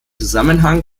zusammenhang